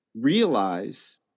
realize